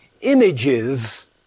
images